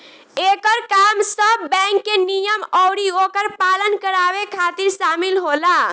एकर काम सब बैंक के नियम अउरी ओकर पालन करावे खातिर शामिल होला